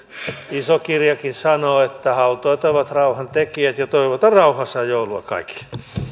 iso kirjakin sanoo että autuaita ovat rauhantekijät ja toivotan rauhaisaa joulua kaikille